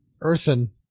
earthen